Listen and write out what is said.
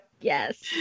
yes